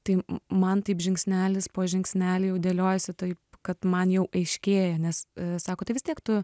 tai man taip žingsnelis po žingsnelio jau dėliojasi taip kad man jau aiškėja nes sako tai vis tiek tu